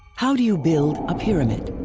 how do you build a pyramid?